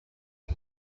you